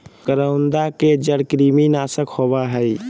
करौंदा के जड़ कृमिनाशक होबा हइ